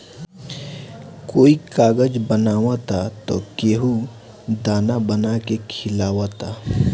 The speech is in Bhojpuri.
कोई कागज बचावता त केहू दाना बना के खिआवता